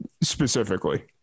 specifically